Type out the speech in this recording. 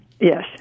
Yes